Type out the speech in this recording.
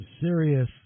serious